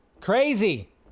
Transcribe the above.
Crazy